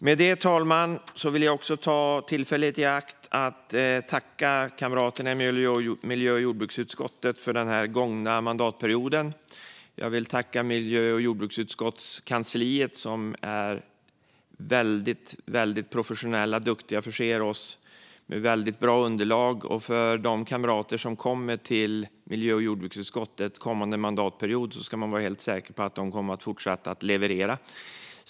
Med det sagt, herr talman, vill jag ta tillfället i akt att tacka kamraterna i miljö och jordbruksutskottet för den gångna mandatperioden. Jag vill tacka miljö och jordbruksutskottets kansli som är väldigt professionella och duktiga och förser oss med bra underlag. När det gäller de kamrater som kommer till utskottet kommande mandatperiod kan man vara helt säker på att de kommer att fortsätta att leverera.